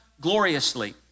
gloriously